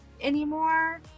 anymore